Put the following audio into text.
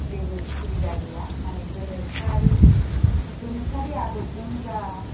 जेबो सुबिदा गैया माने गोनोखोआरि गोनोखोआरि आदबजों जा